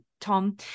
Tom